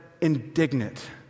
indignant